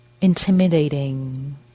intimidating